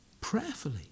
prayerfully